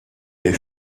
des